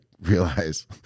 realize